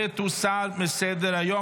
ותוסר מסדר-היום.